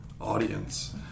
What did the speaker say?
audience